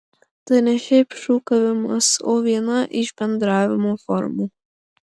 tai ne šiaip šūkavimas o viena iš bendravimo formų